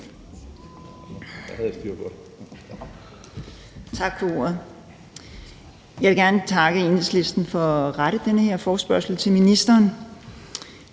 Tak for ordet. Jeg vil gerne takke Enhedslisten for at rette den her forespørgsel til ministeren.